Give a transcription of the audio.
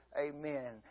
Amen